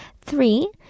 three